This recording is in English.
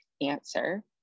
answer